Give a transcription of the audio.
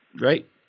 right